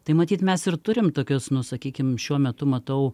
tai matyt mes ir turim tokius nu sakykim šiuo metu matau